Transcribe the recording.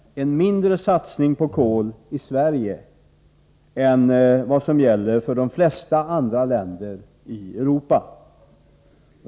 — en mindre satsning på kol i Sverige än vad som gäller för de flesta andra länder i Europa.